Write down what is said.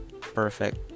perfect